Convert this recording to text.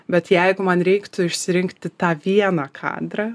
bet jeigu man reiktų išsirinkti tą vieną kadrą